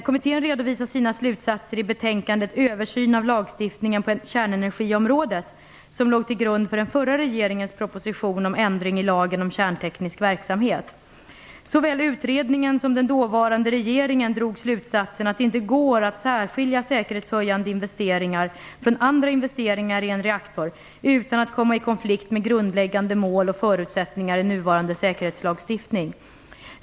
Kommittén redovisade sina slutsatser i betänkandet Översyn av lagstiftningen på kärnenergiområdet Såväl utredningen som den dåvarande regeringen drog slutsatsen att det inte går att särskilja säkerhetshöjande investeringar från andra investeringar i en reaktor utan att komma i konflikt med grundläggande mål och förutsättningar i nuvarande säkerhetslagstiftning.